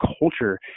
culture